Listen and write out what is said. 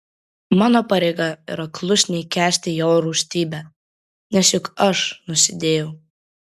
mano pareiga yra klusniai kęsti jo rūstybę nes juk aš nusidėjau